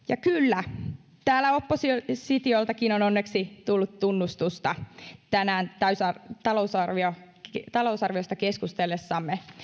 ja kyllä oppositioltakin oppositioltakin on onneksi tullut tunnustusta tänään talousarviosta keskustellessamme